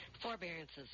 Forbearances